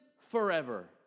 forever